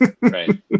Right